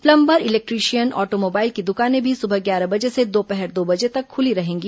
plumber electrician automobile की दुकानें भी सुबह ग्यारह बजे से दोपहर दो बजे तक खुली रहेंगी